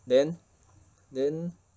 then then